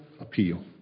appeal